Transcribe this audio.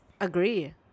agree